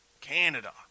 Canada